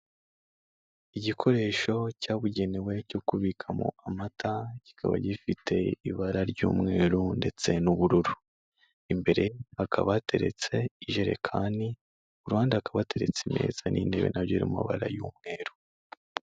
Igikoresho cyabugenewe cyo kubikamo amata kikaba gifite ibara ry'umweru ndetse n'ubururu, imbere hakaba hateretse ijerekani, ku ruhande hakaba hateretse imeza n'intebe nabyo biri mu mabara y'umweru.